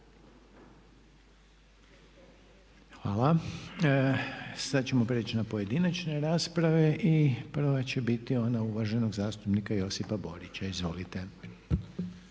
Hvala. Sad ćemo prijeći na pojedinačne rasprave. Prva će biti ona uvaženog zastupnika Josipa Borića, izvolite.